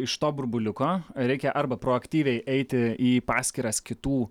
iš to burbuliuko reikia arba proaktyviai eiti į paskyras kitų